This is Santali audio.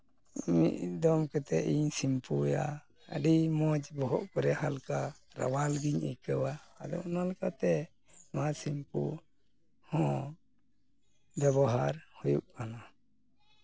ᱢᱤᱫ ᱫᱚᱢ ᱠᱟᱛᱮᱫ ᱤᱧ ᱥᱤᱢᱯᱩᱭᱟ ᱟᱹᱰᱤ ᱢᱚᱡᱽ ᱵᱚᱦᱚᱜ ᱠᱚᱨᱮ ᱦᱟᱞᱠᱟ ᱨᱟᱣᱟᱞ ᱜᱤᱧ ᱟᱹᱭᱠᱟᱹᱣᱟ ᱟᱫᱚ ᱚᱱᱟ ᱞᱮᱠᱟᱛᱮ ᱱᱚᱣᱟ ᱥᱤᱢᱯᱩ ᱦᱚᱸ ᱵᱮᱵᱚᱦᱟᱨ ᱦᱩᱭᱩᱜ ᱠᱟᱱᱟ